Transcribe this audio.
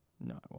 No